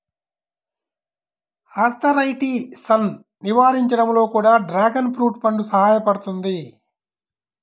ఆర్థరైటిసన్ను నివారించడంలో కూడా డ్రాగన్ ఫ్రూట్ పండు సహాయపడుతుంది